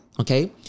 Okay